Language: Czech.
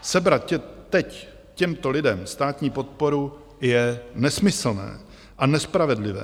Sebrat teď těmto lidem státní podporu je nesmyslné a nespravedlivé.